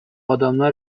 adamlar